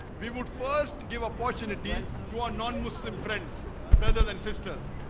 we would first give opportunity to our non-muslim friends brothers and sisters